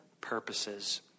purposes